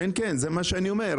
זה מה שאני אומר.